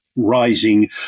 rising